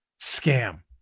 scam